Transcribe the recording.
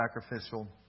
sacrificial